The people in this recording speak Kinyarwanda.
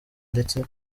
ndetse